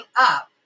up